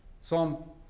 Psalm